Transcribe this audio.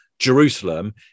Jerusalem